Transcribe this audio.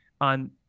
on